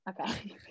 Okay